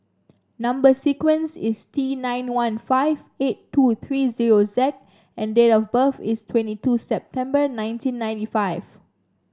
number sequence is T nine one five eight two three zero Z and date of birth is twenty two September nineteen ninety five